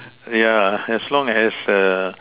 yeah as long as err